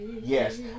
yes